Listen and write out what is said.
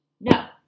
No